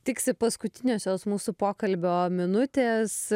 tiksi paskutiniosios mūsų pokalbio minutės